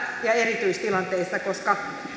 ja ja erityistilanteissa koska